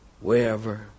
wherever